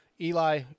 Eli